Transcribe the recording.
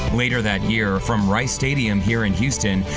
later that year from rice stadium here in houston.